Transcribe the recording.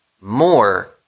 more